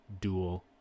dual